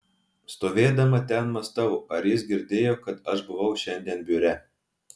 stovėdama ten mąstau ar jis girdėjo kad aš buvau šiandien biure